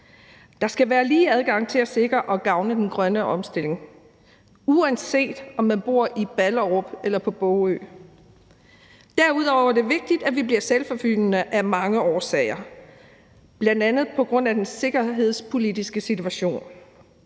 Der skal være lige adgang til at sikre og få gavn af den grønne omstilling, uanset om man bor i Ballerup eller på Bogø. Derudover er det vigtigt, at vi bliver selvforsynende, af mange årsager, bl.a. den sikkerhedspolitiske situation.